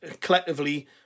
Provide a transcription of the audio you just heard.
collectively